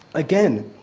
again,